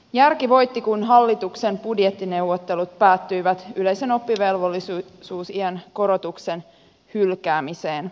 järki voitti kun hallituksen budjettineuvottelut päättyivät yleisen oppivelvollisuusiän korotuksen hylkäämiseen